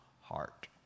heart